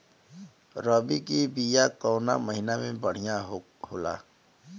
रबी के बिया कवना महीना मे बढ़ियां होला?